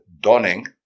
dawning